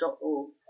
.org